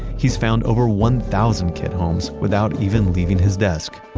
has found over one thousand kit homes without even leaving his desk.